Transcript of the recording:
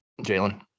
Jalen